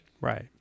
right